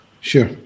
Sure